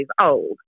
old